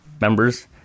members